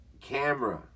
camera